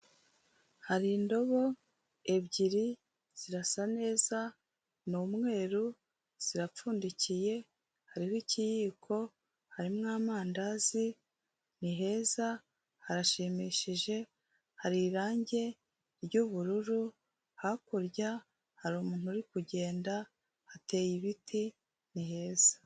hari indobo ebyiri zirasa neza ni umweru zirapfundikiye hariho ikiyiko harimo amandazi ni heza harashimishije hari irangi ry'ubururu hakurya hari umuntu uri kugenda hateye ibiti niheza.